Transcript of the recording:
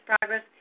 progress